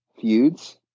feuds